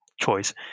choice